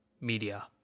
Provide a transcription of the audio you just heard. media